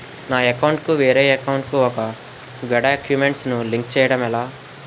నా అకౌంట్ కు వేరే అకౌంట్ ఒక గడాక్యుమెంట్స్ ను లింక్ చేయడం ఎలా?